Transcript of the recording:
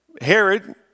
Herod